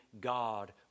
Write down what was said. God